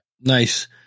nice